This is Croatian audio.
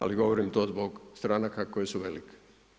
Ali govorim to zbog stranaka koje su velike.